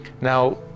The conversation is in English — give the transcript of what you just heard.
Now